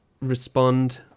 respond